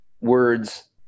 words